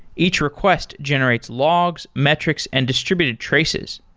each request generates logs, metrics and distributed traces,